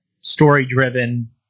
story-driven